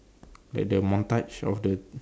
like the montage of the